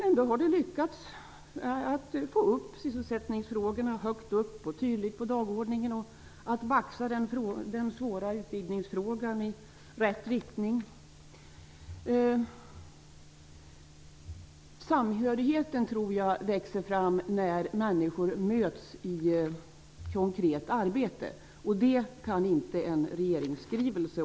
Ändå har vi lyckats få upp sysselsättningsfrågorna högt upp och tydligt på dagordningen och att baxa den svåra utbildningsfrågan i rätt riktning. Samhörigheten tror jag växer fram när människor möts i konkret arbete. Den kan inte åstadkommas genom en regeringsskrivelse.